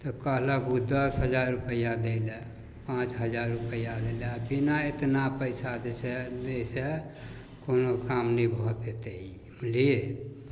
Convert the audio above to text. तऽ कहलक ओ दस हजार रुपैआ दैलए पाँच हजार रुपैआ लेलए बिना एतना पइसा जे छै ओहिसँ कोनो काम नहि भऽ पएतै बुझलिए